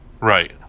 Right